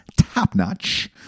top-notch